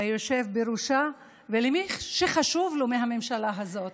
ליושב בראשה ולמי שחשובה לו מהממשלה הזאת: